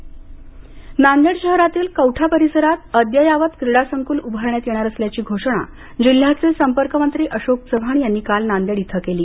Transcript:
चव्हाण नांदेड शहरातील कौठा परीसरात अद्यावत क्रिडा संक्ल उभारण्यात येणार असल्याची घोषणा जिल्ह्याचे संपर्क मंत्री अशोक चव्हाण यांनी काल नांदेड इथ केली